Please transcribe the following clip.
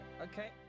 Okay